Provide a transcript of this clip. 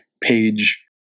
page